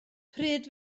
pryd